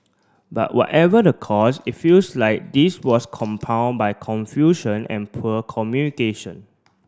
but whatever the cause it feels like this was compound by confusion and poor communication